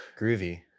Groovy